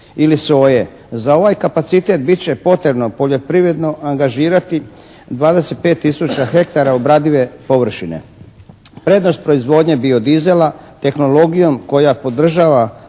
Za ovaj kapacitet bit će potrebno poljoprivredno angažirati 25 tisuća hektara obradive površine. Prednost proizvodnje bio-diesela tehnologijom koja podržava